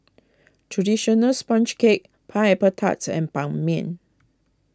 Traditional Sponge Cake Pineapple Tarts and Ban Mian